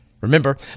Remember